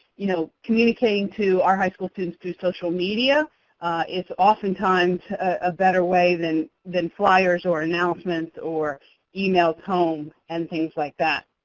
you know communicating to our high school students through social media is oftentimes a better way than than flyers or announcements or emails home and things like that.